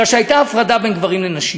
מפני שהייתה הפרדה בין גברים לנשים.